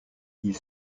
ils